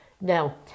now